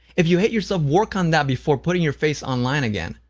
if you hate yourself, work on that before putting your face online again,